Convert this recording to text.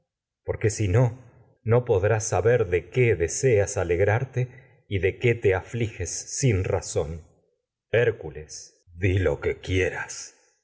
porque y si no no podrás saber de qué deseas alegrarte de qué te afliges sin razón hércules di lo que quieras